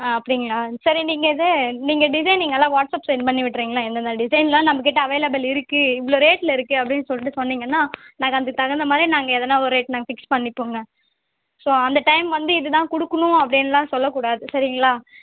ஆ அப்படிங்களா சரி நீங்கள் இது நீங்கள் டிசைனிங்கெல்லாம் வாட்ஸ்அப் செண்ட் பண்ணி விட்டுறீங்களா எந்தெந்த டிசைனெல்லாம் நம்ம கிட்டே அவைலபிள் இருக்குது இவ்வளோ ரேட்டில் இருக்குது அப்படின்னு சொல்லிகிட்டு சொன்னீங்கன்னால் நாங்கள் அதுக்கு தகுந்தமாதிரி நாங்கள் எதனால் ஒரு ரேட் நாங்கள் ஃபிக்ஸ் பண்ணிப்போங்க ஸோ அந்த டைம் வந்து இதுதான் கொடுக்குணும் அப்படின்லாம் சொல்லக் கூடாது சரிங்களா